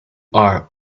are